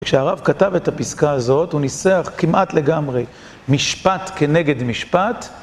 כשהרב כתב את הפסקה הזאת הוא ניסח כמעט לגמרי משפט כנגד משפט